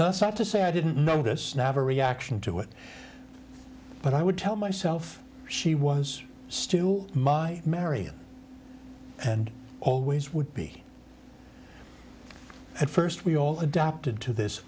not to say i didn't notice naveh reaction to it but i would tell myself she was still my marion and always would be at first we all adopted to this